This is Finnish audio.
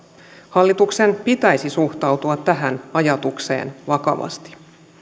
hallituksen pitäisi suhtautua tähän ajatukseen vakavasti